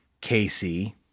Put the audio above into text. Casey